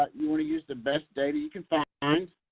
but you want to use the best data you can find,